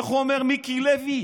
איך הוא אומר, מיקי לוי?